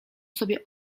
sobie